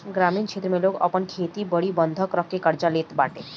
ग्रामीण क्षेत्र में लोग आपन खेत बारी बंधक रखके कर्जा लेत बाटे